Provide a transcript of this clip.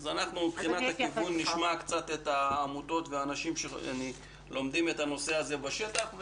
אז נשמע את העמותות והאנשים שלומדים את הנושא הזה בשטח,